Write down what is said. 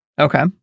Okay